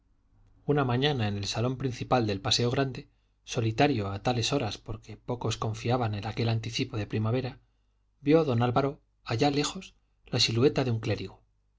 una mañana en el salón principal del paseo grande solitario a tales horas porque pocos confiaban en aquel anticipo de primavera vio don álvaro allá lejos la silueta de un clérigo